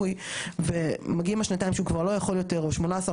או 18 חודשים שהוא כבר לא יכול לערער על המצב שלו,